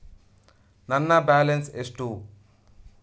ನನ್ನ ಬ್ಯಾಲೆನ್ಸ್ ಎಷ್ಟು?